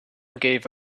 gave